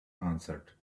answered